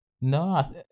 no